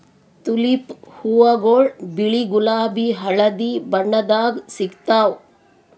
tulip ಹೂವಾಗೊಳ್ ಬಿಳಿ ಗುಲಾಬಿ ಹಳದಿ ಬಣ್ಣದಾಗ್ ಸಿಗ್ತಾವ್